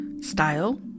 Style